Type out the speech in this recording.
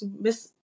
Miss